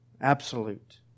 Absolute